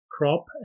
Crop